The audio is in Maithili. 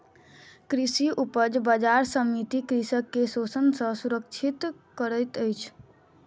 कृषि उपज बजार समिति कृषक के शोषण सॅ सुरक्षित करैत अछि